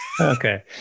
Okay